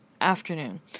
Afternoon